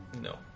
No